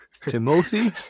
Timothy